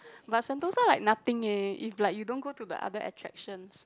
but Sentosa like nothing eh if like you don't go to the other attractions